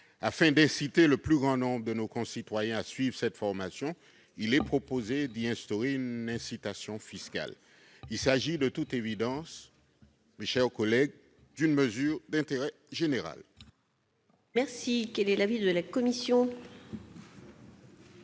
Afin d'inciter le plus grand nombre de nos concitoyens à la suivre, il est proposé d'instaurer une incitation fiscale. Il s'agit de toute évidence, mes chers collègues, d'une mesure d'intérêt général.